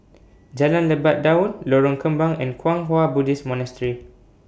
Jalan Lebat Daun Lorong Kembang and Kwang Hua Buddhist Monastery